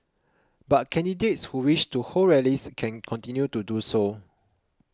but candidates who wish to hold rallies can continue to do so